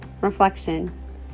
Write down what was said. Reflection